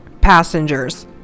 Passengers